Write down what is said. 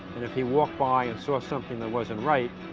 and if he walked by and saw something that wasn't right,